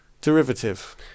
derivative